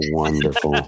wonderful